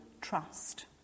trust